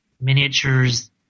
miniatures